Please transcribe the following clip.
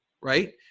right